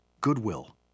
Goodwill